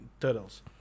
turtles